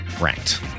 ranked